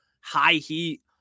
high-heat